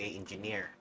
engineer